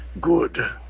Good